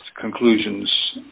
conclusions